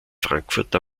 frankfurt